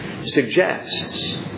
suggests